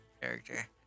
character